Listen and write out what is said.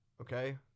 okay